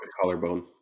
collarbone